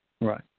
right